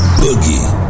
boogie